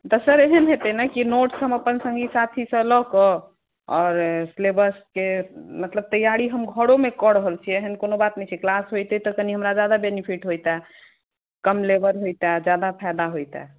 doctor एहन हेतै ने कि नर्स हम अपन संगी साथी सॅं लऽ कय आओर सिलेबसके मतलब तैयारी हम घरो मे कऽ रहल छियै एहन कोनो बात नहि छै क्लास होइतै तऽ कनी हमरा जादा बेनीफीट होइता कम लेबर होइता जादा फायदा होइता